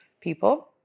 people